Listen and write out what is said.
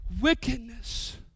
wickedness